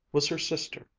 was her sister,